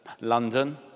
London